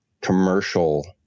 commercial